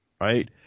right